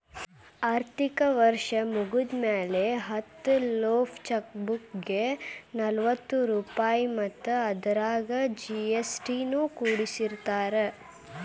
ಆರ್ಥಿಕ ವರ್ಷ್ ಮುಗ್ದ್ಮ್ಯಾಲೆ ಹತ್ತ ಲೇಫ್ ಚೆಕ್ ಬುಕ್ಗೆ ನಲವತ್ತ ರೂಪಾಯ್ ಮತ್ತ ಅದರಾಗ ಜಿ.ಎಸ್.ಟಿ ನು ಕೂಡಸಿರತಾರ